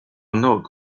note